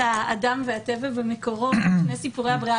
האדם והטבע במקורות בשני סיפורי הבריאה.